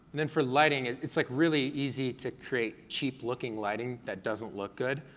and then for lighting, it's like really easy to create cheap looking lighting that doesn't look good.